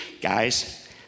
guys